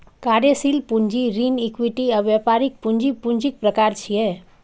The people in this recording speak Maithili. कार्यशील पूंजी, ऋण, इक्विटी आ व्यापारिक पूंजी पूंजीक प्रकार छियै